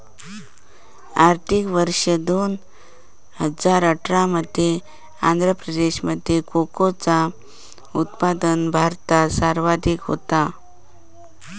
आर्थिक वर्ष दोन हजार अठरा मध्ये आंध्र प्रदेशामध्ये कोकोचा उत्पादन भारतात सर्वाधिक होता